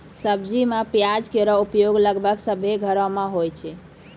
सब्जी में प्याज केरो प्रयोग लगभग सभ्भे घरो म होय छै